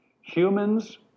Humans